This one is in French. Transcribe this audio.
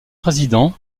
président